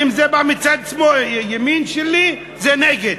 אם זה בא מצד ימין שלי, זה נגד.